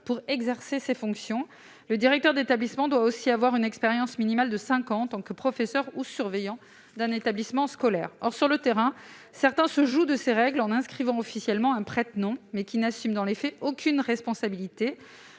degré. En outre, le directeur d'établissement doit avoir une expérience minimale de cinq ans en tant que professeur ou surveillant d'un établissement scolaire. Or, sur le terrain, certains se jouent de ces règles en inscrivant officiellement, comme directeur, un prête-nom, qui n'assume, dans les faits, aucune responsabilité.